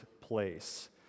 place